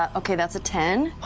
ah okay, that's a ten.